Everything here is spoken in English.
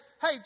hey